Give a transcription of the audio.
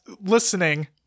listening